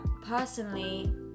personally